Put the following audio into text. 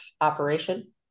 operation